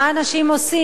מה אנשים עושים,